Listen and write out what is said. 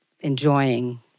enjoying